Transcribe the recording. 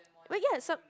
where get accept